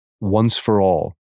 once-for-all